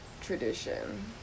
tradition